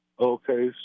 Okay